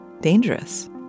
dangerous